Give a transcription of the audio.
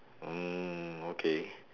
mm okay